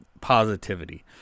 positivity